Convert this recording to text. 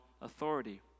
authority